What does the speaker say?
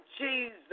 Jesus